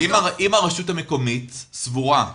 הרשות המקומית סוברנית לקבל החלטה,